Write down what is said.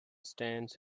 stands